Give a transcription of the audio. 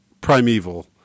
Primeval